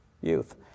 youth